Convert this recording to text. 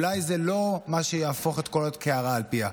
אולי זה לא מה שיהפוך את הקערה על פיה.